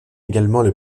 également